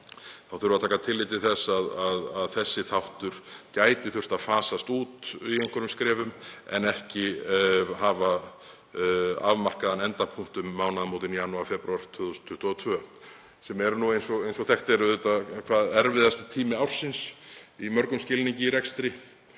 ársins, að taka tillit til þess að þessi þáttur gæti þurft að fasast út í einhverjum skrefum en ekki hafa afmarkaðan endapunkt um mánaðamótin janúar/febrúar 2022 sem er nú eins og þekkt er hvað erfiðasti tími ársins í mörgum skilningi í rekstri.